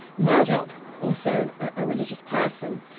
murdoch also a religious person,